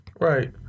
Right